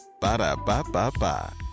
Ba-da-ba-ba-ba